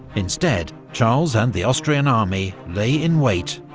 instead charles and the austrian army lay in wait,